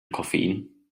koffein